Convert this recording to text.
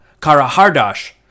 Kara-Hardash